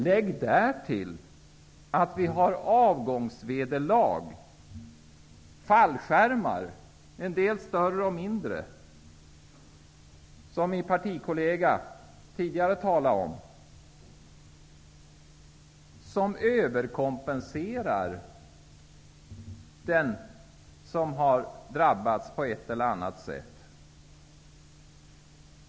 Lägg därtill att det finns avgångsvederlag och fallskärmar, både större och mindre, vilket min partikollega tidigare talade om, som överkompenserar den som har drabbats på ett eller annat sätt.